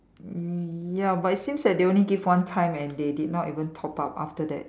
ya but it seems like they only give one time and they did not even top up after that